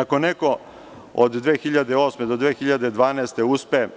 Ako je neko od 2008. godine do 2012. godine uspeo